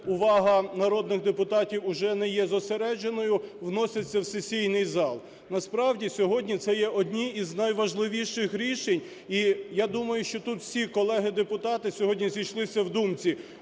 увага народних депутатів уже не є зосередженою, вносяться в сесійний зал. Насправді сьогодні це є одні з найважливіших рішень. І я думаю, що тут всі колеги депутати сьогодні зійшлися в думці,